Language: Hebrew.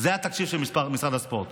זה התקציב של משרד הספורט.